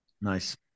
Nice